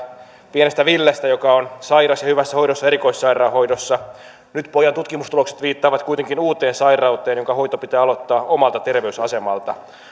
pienestä villestä joka on sairas ja hyvässä hoidossa erikoissairaanhoidossa nyt pojan tutkimustulokset viittaavat kuitenkin uuteen sairauteen jonka hoito pitää aloittaa omalta terveysasemalta